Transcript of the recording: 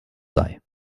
sei